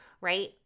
right